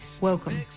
welcome